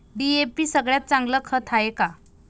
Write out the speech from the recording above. DAP सगळ्यात चांगलं खत हाये का?